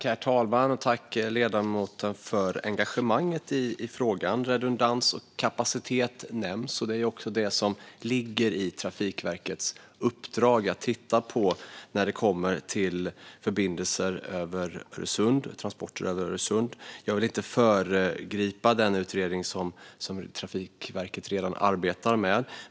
Herr talman! Tack, ledamoten, för engagemanget i frågan! Redundans och kapacitet nämns. Det är också det som ligger i Trafikverkets uppdrag att titta på när det gäller förbindelser och transporter över Öresund. Jag vill inte föregripa den utredning som Trafikverket redan arbetar med.